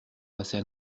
passer